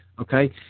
okay